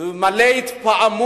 אני מלא התפעמות,